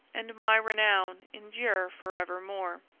and my renown endure forevermore.